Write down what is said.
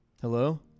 Hello